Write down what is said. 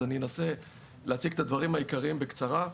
אז אני אנסה להציג את הדברים העיקריים בקצרה.